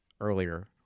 earlier